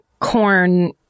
corn